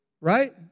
right